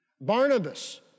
Barnabas